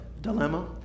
dilemma